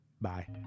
Bye